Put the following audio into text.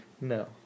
No